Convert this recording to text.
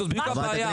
זאת בדיוק הבעיה,